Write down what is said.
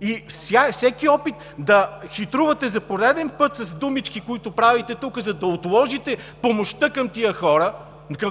и всеки опит да хитрувате за пореден път с думички, което правите тук, за да отложите помощта към тези хора,